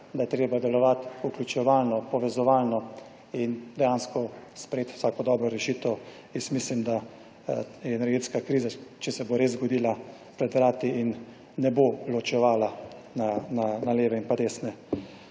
da je treba delovati vključevalno, povezovalno in dejansko sprejeti vsako dobro rešitev. Jaz mislim, da je energetska kriza, če se bo res zgodila, pred vrati in ne bo ločevala na leve in desne.